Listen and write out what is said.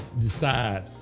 decide